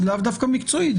לאו דווקא מקצועית,